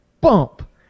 bump